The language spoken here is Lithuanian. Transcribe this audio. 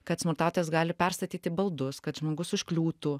kad smurtautojas gali perstatyti baldus kad žmogus užkliūtų